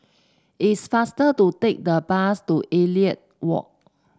it's faster to take the bus to Elliot Walk